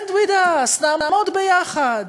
Stand with us, נעמוד יחד.